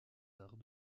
arts